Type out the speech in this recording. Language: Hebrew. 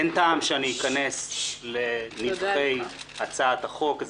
אין טעם שאכנס לנבכי הצעת החוק.